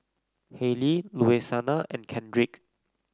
Hailey Louisiana and Kendrick